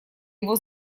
его